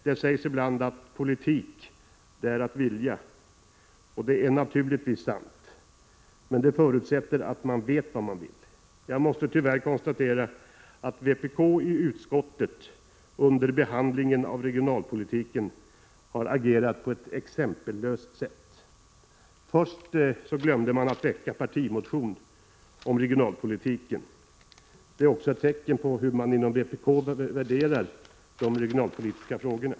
Det sägs ibland att politik är att vilja, och det är naturligtvis sant, men det förutsätter att man vet vad man vill. Jag måste tyvärr konstatera att vpk i utskottet under behandlingen av regionalpolitiken har agerat på ett exempellöst sätt. Först glömde man väcka partimotionen om regionalpolitiken — också ett tecken på hur man inom vpk värderar de regionalpolitiska frågorna.